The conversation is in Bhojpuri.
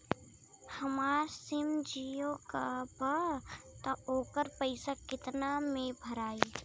हमार सिम जीओ का बा त ओकर पैसा कितना मे भराई?